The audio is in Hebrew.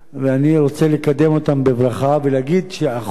אני רוצה לקדם אותן בברכה ולהגיד שאחוז